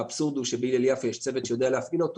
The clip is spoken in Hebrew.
האבסורד הוא שבהלל יפה יש צוות שיודע להפעיל אותו,